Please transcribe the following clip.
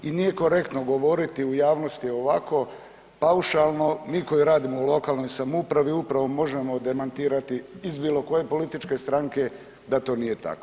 I nije korektno govoriti u javnosti ovako paušalno mi koji radimo u lokalnoj samoupravi upravo možemo demantirati iz bilo koje političke stranke da to nije tako.